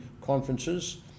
conferences